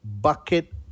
bucket